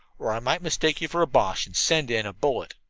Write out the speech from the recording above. or i might mistake you for a boche and send in a bullet.